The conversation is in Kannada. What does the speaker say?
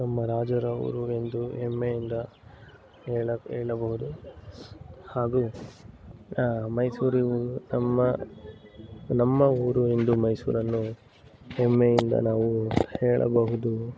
ನಮ್ಮ ರಾಜರ ಊರು ಎಂದು ಹೆಮ್ಮೆಯಿಂದ ಹೇಳ ಹೇಳಬಹುದು ಹಾಗೂ ಮೈಸೂರು ನಮ್ಮ ನಮ್ಮ ಊರು ಎಂದು ಮೈಸೂರನ್ನು ಹೆಮ್ಮೆಯಿಂದ ನಾವು ಹೇಳಬಹುದು